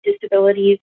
disabilities